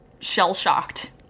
shell-shocked